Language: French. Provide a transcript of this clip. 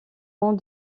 ans